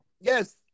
Yes